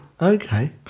Okay